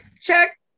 Check